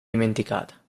dimenticata